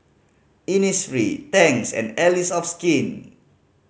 Innisfree Tangs and Allies of Skin